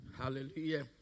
Hallelujah